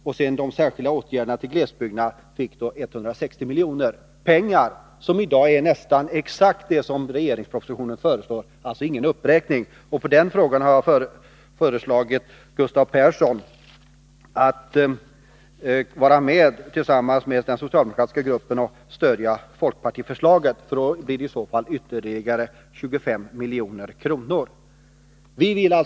Till särskilda åtgärder för glesbygderna anslogs 160 milj.kr. Dessa pengar motsvarar nästan exakt det belopp som regeringen föreslår i propositionen — det rör sig alltså inte om någon uppräkning. På denna punkt föreslår jag Gustav Persson att tillsammans med den socialdemokratiska gruppen stödja folkpartiets förslag, för då blir det ytterligare 25 milj.kr. till Norrbotten.